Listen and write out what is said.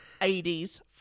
80s